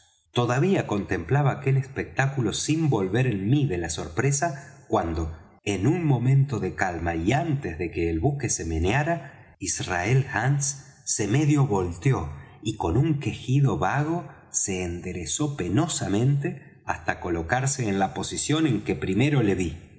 todavía contemplaba aquel espectáculo sin volver en mí de la sorpresa cuando en un momento de calma y antes de que el buque se meneara israel hands se medio volteó y con un quejido vago se enderezó penosamente hasta colocarse en la posición en que primero le ví